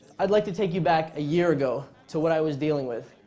i'd like to take you back a year ago to what i was dealing with.